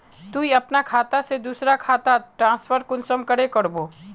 तुई अपना खाता से दूसरा खातात ट्रांसफर कुंसम करे करबो?